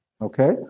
okay